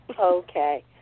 Okay